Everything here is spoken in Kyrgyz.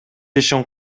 ишин